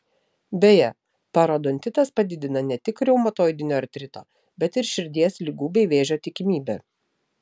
beje parodontitas padidina ne tik reumatoidinio artrito bet ir širdies ligų bei vėžio tikimybę